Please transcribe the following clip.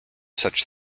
such